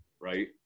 right